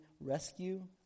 rescue